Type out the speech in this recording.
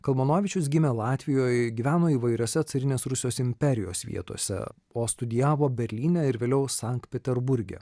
kalmanovičius gimė latvijoj gyveno įvairiose carinės rusijos imperijos vietose o studijavo berlyne ir vėliau sankt peterburge